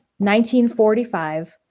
1945